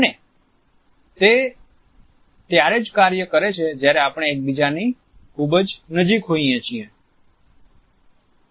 અને તે ત્યારે જ કાર્ય કરે છે જ્યારે આપણે એકબીજાની ખૂબજ નજીક હોઈએ છીએ